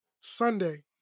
Sunday